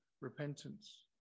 repentance